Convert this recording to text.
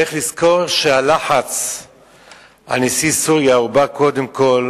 צריך לזכור שהלחץ על נשיא סוריה בא קודם כול